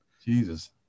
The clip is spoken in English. Jesus